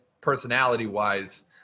personality-wise